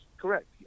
correct